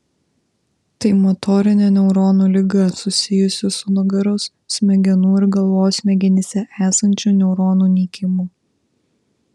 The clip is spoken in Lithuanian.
tai motorinė neuronų liga susijusi su nugaros smegenų ir galvos smegenyse esančių neuronų nykimu